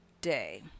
day